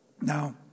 Now